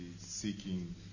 seeking